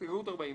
הסתייגות 47: